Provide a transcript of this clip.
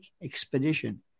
expedition